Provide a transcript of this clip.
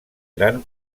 gran